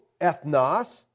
ethnos